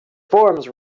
forms